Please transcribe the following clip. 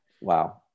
Wow